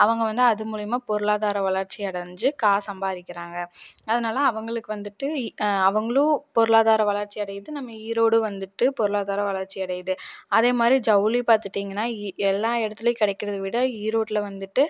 அவங்க வந்து அது மூலியமாக பொருளாதார வளர்ச்சி அடைஞ்சி காசு சம்பாதிக்கிறாங்க அதனால் அவங்களுக்கு வந்துட்டு ஈ அவங்களும் பொருளாதார வளர்ச்சி அடைகிறது நம்ம ஈரோடு வந்துட்டு பொருளாதார வளர்ச்சி அடையுது அதே மாதிரி ஜவுளி பார்த்துட்டீங்கன்னா எல்லா இடத்துலையும் கிடைக்கிறத விட ஈரோட்டில வந்துட்டு